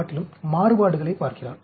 காட்டிலும் மாறுபாடுகளைப் பார்க்கிறார்